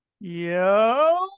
Yo